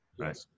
Right